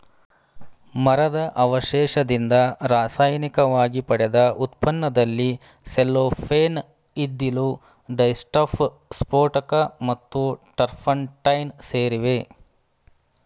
ಮರದ ಅವಶೇಷದಿಂದ ರಾಸಾಯನಿಕವಾಗಿ ಪಡೆದ ಉತ್ಪನ್ನದಲ್ಲಿ ಸೆಲ್ಲೋಫೇನ್ ಇದ್ದಿಲು ಡೈಸ್ಟಫ್ ಸ್ಫೋಟಕ ಮತ್ತು ಟರ್ಪಂಟೈನ್ ಸೇರಿವೆ